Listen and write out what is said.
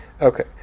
Okay